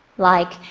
like,